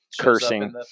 cursing